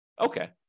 Okay